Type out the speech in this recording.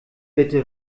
bitte